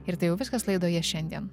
ir tai jau viskas laidoje šiandien